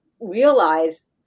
realize